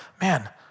man